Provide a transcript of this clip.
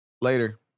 Later